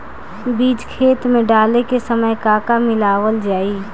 बीज खेत मे डाले के सामय का का मिलावल जाई?